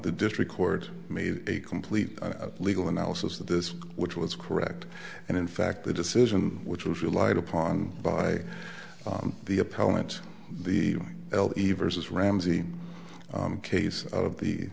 the district court made a complete legal analysis of this which was correct and in fact the decision which was relied upon by the appellant the l b versus ramsey case of the